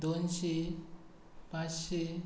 दोनशी पांचशी